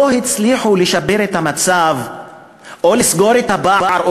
הצליחו לשפר את המצב או לסגור את הפער,